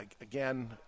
Again